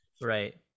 Right